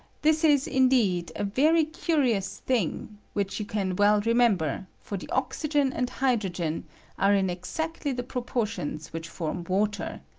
this is, indeed, a very curious thing, which you can well remember, for the oxygen and hydrogen are in exactly the proportions which form water,